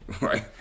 right